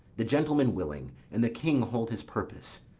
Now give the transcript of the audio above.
the gentleman willing, and the king hold his purpose,